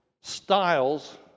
styles